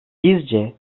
sizce